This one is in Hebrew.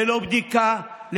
ללא בדיקה,